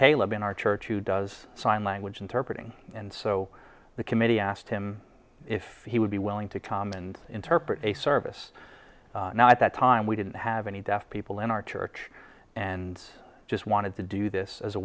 caleb in our church who does sign language interpreter and so the committee asked him if he would be willing to come and interpret a service now at that time we didn't have any deaf people in our church and just wanted to do this as a